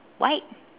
white